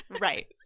Right